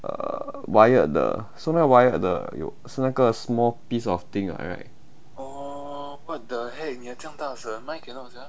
uh wired 的 so 那个 wired 的又是那个 small piece of thing [what] right